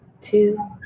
two